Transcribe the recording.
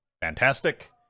fantastic